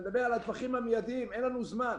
אני מדבר על הטווחים המידיים, אין לנו זמן.